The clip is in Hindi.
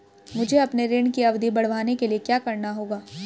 मुझे अपने ऋण की अवधि बढ़वाने के लिए क्या करना होगा?